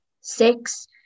six